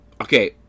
Okay